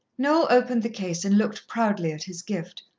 noel opened the case and looked proudly at his gift.